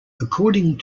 according